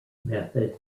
method